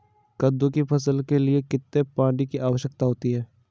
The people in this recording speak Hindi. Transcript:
कद्दू की फसल के लिए कितने पानी की आवश्यकता होती है?